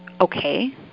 okay